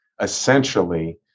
essentially